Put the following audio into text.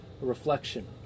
reflection